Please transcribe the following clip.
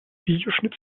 videoschnitt